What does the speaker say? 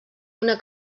una